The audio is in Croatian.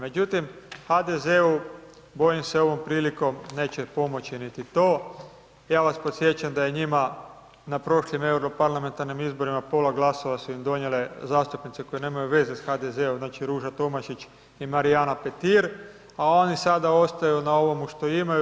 Međutim HDZ-u bojim se ovom prilikom neće pomoći niti to, ja vas podsjećam da je njima na prošlim euro-parlamentarnim izborima pola glasova su im donijele zastupnice koje nemaju veze sa HDZ-om, znači Ruža Tomašić i Marijana Petir, a oni sada ostaju na ovomu što imaju.